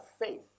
faith